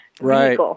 Right